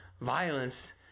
violence